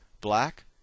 black